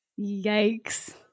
yikes